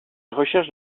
recherche